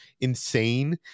insane